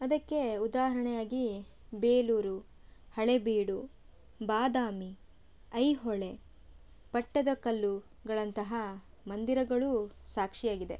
ಅದಕ್ಕೆ ಉದಾಹರಣೆಯಾಗಿ ಬೇಲೂರು ಹಳೆಬೀಡು ಬಾದಾಮಿ ಐಹೊಳೆ ಪಟ್ಟದಕಲ್ಲುಗಳಂತಹ ಮಂದಿರಗಳು ಸಾಕ್ಷಿಯಾಗಿ